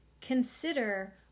Consider